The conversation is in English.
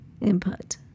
Input